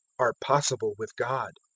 are possible with god.